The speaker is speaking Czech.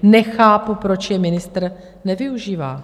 Nechápu, proč je ministr nevyužívá.